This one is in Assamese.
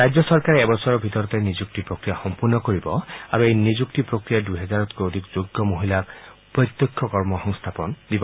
ৰাজ্য চৰকাৰে এবছৰৰ ভিতৰতে নিযুক্তি প্ৰক্ৰিয়া সম্পূৰ্ণ কৰিব আৰু এই নিযুক্তি প্ৰক্ৰিয়াই দুহেজাৰতকৈও অধিক যোগ্য মহিলাসকলক প্ৰত্যক্ষ কৰ্ম সংস্থাপন দিব